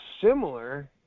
similar